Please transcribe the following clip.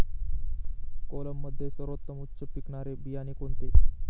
कोलममध्ये सर्वोत्तम उच्च पिकणारे बियाणे कोणते?